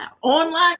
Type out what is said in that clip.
Online